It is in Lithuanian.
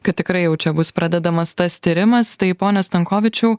kad tikrai jau čia bus pradedamas tas tyrimas tai pone stankovičiau